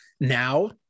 now